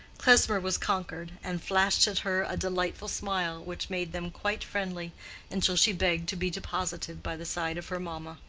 klesmer was conquered, and flashed at her a delightful smile which made them quite friendly until she begged to be deposited by the side of her mamma.